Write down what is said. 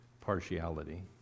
partiality